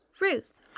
Ruth